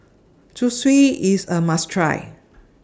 Zosui IS A must Try